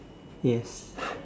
yes